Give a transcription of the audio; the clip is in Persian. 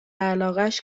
علاقش